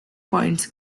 points